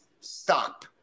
stop